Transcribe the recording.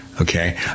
okay